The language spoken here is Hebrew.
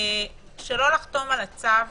לחתום על הצו